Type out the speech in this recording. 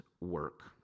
work